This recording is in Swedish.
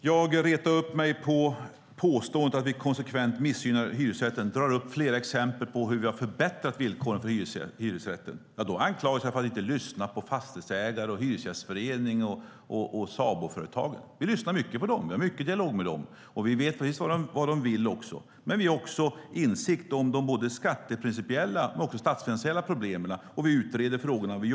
Herr talman! Jag retar upp mig på påståendet att vi konsekvent missgynnar hyresrätten. När jag tar upp flera exempel på hur vi har förbättrat villkoren för hyresrätten, ja, då anklagas jag för att inte ha lyssnat på fastighetsägare, hyresgästföreningen och Saboföretagen. Vi för dialog och lyssnar mycket på dem. Vi vet också precis vad de vill. Men vi har också insikt om de både skatteprincipiella och statsfinansiella problemen, och vi utreder dessa frågor.